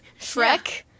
Shrek